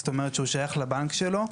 זאת אומרת שהוא שייך לבנק שלו,